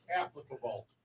applicable